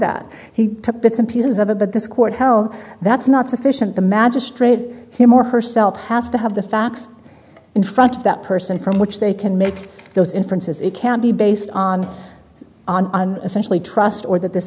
that he took bits and pieces of it but this court hell that's not sufficient the magistrate him or herself has to have the facts in front of that person from which they can make those inferences it can be based on on on essentially trust or that this